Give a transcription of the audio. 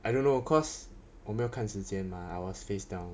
I don't know cause 我没有看时间 I was face down